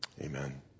Amen